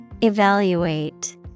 Evaluate